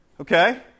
okay